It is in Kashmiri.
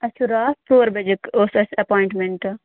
اَسہِ چھُ راتھ ژور بجے اوس اَسہِ ایپواینٹمٮ۪نٛٹ